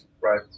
right